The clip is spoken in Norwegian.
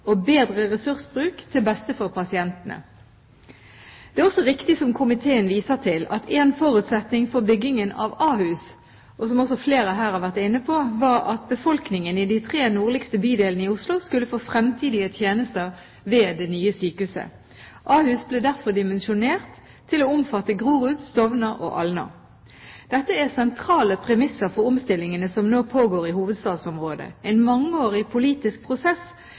og bedre ressursbruk – til beste for pasientene. Det er også riktig som komiteen viser til, at en forutsetning for byggingen av Ahus, som også flere her har vært inne på, var at befolkningen i de tre nordligste bydelene i Oslo skulle få fremtidige tjenester ved det nye sykehuset. Ahus ble derfor dimensjonert til å omfatte Grorud, Stovner og Alna. Dette er sentrale premisser for omstillingene som nå pågår i hovedstadsområdet. En mangeårig politisk prosess,